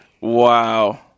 Wow